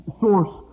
source